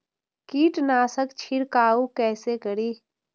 कीट नाशक छीरकाउ केसे करी?